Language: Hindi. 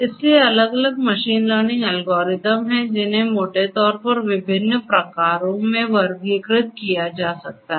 इसलिए अलग अलग मशीन लर्निंग एल्गोरिदम हैं जिन्हें मोटे तौर पर विभिन्न प्रकारों में वर्गीकृत किया जा सकता है